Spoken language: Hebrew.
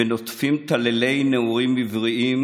/ ונוטפים טללי נעורים עבריים,